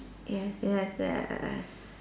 yes yes yes